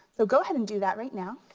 so go ahead and do that right now.